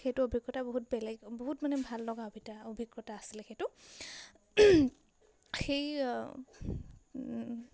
সেইটো অভিজ্ঞতা বহুত বেলেগ বহুত মানে ভাল লগা অভিটা অভিজ্ঞতা আছিলে সেইটো সেই